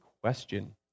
question